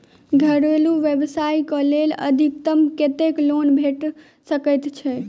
घरेलू व्यवसाय कऽ लेल अधिकतम कत्तेक लोन भेट सकय छई?